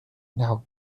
now